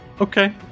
Okay